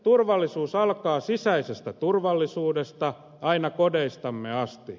turvallisuus alkaa sisäisestä turvallisuudesta aina kodeistamme asti